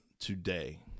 today